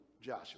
joshua